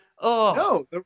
No